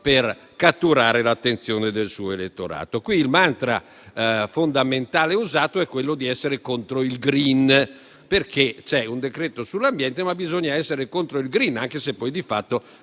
per catturare l'attenzione del suo elettorato. Qui il mantra fondamentale usato è quello di essere contro il *green*: è un decreto sull'ambiente, ma bisogna essere contro il *green*, anche se poi di fatto